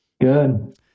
Good